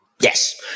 Yes